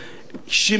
שמי שמושך